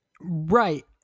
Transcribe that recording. Right